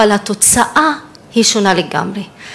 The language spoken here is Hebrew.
אבל התוצאה היא שונה לגמרי.